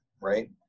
right